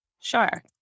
Sure